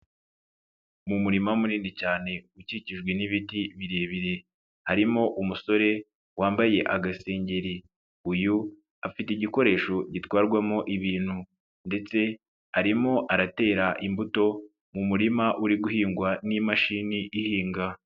Mu murima munini cyane ukikijwe n'ibiti birebire harimo umusore wambaye agasengeri, uyu afite igikoresho gitwarwamo ibintu ndetse arimo aratera imbuto mu murima uri guhingwa n'imashini ihinga.